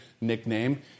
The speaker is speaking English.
nickname